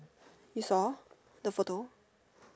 you saw the photo